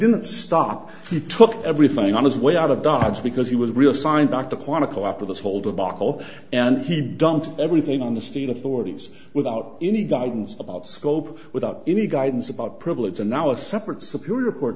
didn't stop he took everything on his way out of dodge because he was reassigned back to quantico after this whole debacle and he dumped everything on the state authorities without any guidance about scope without any guidance about privilege and now a separate superior court